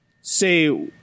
say